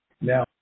Now